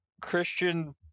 Christian